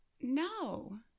No